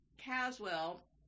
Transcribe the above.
Caswell